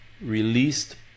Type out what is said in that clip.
released